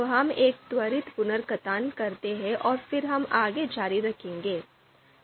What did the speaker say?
तो चलो एक त्वरित पुनर्कथन करते हैं और फिर हम आगे जारी रखेंगे